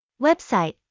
Website